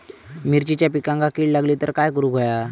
मिरचीच्या पिकांक कीड लागली तर काय करुक होया?